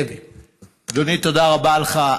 אדוני, תודה רבה לך.